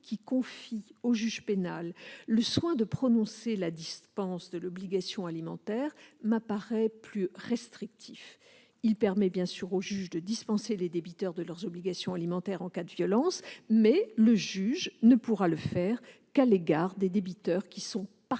qui confie au juge pénal le soin de prononcer la dispense de l'obligation alimentaire, m'apparaît plus restrictif. Il permet bien sûr au juge de dispenser les débiteurs de leurs obligations alimentaires en cas de violence, mais le juge ne pourra le faire qu'à l'égard des débiteurs qui sont parties